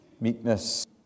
Meekness